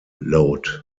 load